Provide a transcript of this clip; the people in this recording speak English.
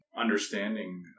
Understanding